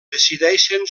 decideixen